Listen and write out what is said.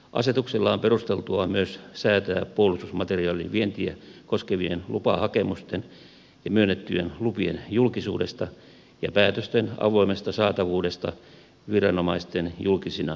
asetuksella on perusteltua myös säätää puolustusmateriaalin vientiä koskevien lupahakemusten ja myönnettyjen lupien julkisuudesta ja päätösten avoimesta saatavuudesta viranomaisten julkisina asiakirjoina